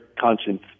conscience